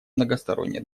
многостороннее